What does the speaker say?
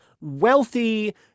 wealthy